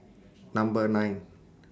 Number nine